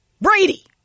Brady